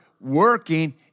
working